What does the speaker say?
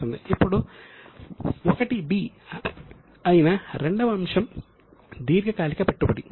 ఇప్పుడు ' 1